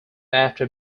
after